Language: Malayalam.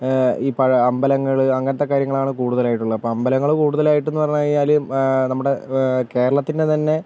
അമ്പലങ്ങള് അങ്ങനത്തെ കാര്യങ്ങളാണ് കുടുതലായിട്ട് ഉള്ളെ അമ്പലങ്ങള് കുടുതലായിട്ട് എന്ന് പറഞ്ഞ് കഴിഞ്ഞാല് നമ്മുടെ കേരളത്തിൻ്റെ തന്നെ